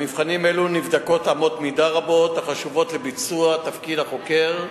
במבחנים אלו נבדקות אמות מידה רבות החשובות לביצוע תפקיד החוקר,